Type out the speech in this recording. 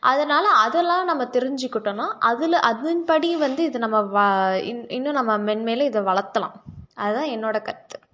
அதனால் அதெல்லாம் நம்ம தெரிஞ்சுக்கிட்டோம்னால் அதில் அதன்படி வந்து இது நம்ம வ இன் இன்னும் நம்ம மென்மேலும் இதை வளர்த்தலாம் அதுதான் என்னோடய கருத்து